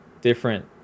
different